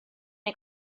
neu